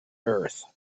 earth